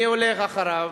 אני הולך אחריו,